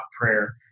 prayer